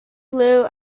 blue